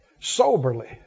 soberly